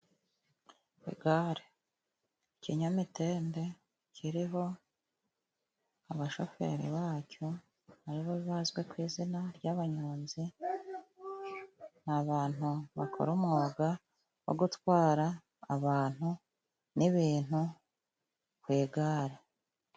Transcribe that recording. Gare Kinyamitende iriho abashoferi bayo aribo bazwi ku izina ry'abanyonzi. N'abantu bakora umwuga wo gutwara abantu n' ibintu ku igare.